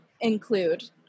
include